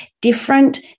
different